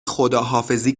خداحافظی